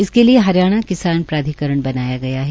इसके लिए हरियाणा किसान प्राधिकरण बनाया गया है